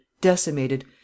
decimated